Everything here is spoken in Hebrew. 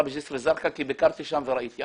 בג'יסר א זרקא כי ביקרתי שם וראיתי מה קורה.